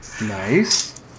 nice